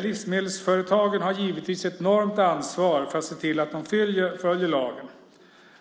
Livsmedelsföretagen har givetvis ett enormt ansvar för att se till att de följer lagen,